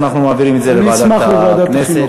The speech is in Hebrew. אנחנו מעבירים את זה לוועדת הכנסת.